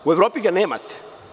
U Evropi ga nemate.